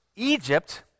Egypt